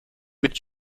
mit